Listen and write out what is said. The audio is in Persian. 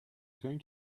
تااین